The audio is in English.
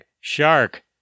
shark